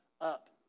up